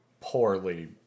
poorly